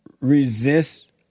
resist